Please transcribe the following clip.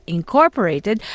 Incorporated